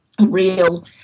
real